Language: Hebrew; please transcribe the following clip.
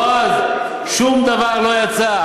בועז, שום דבר לא יצא.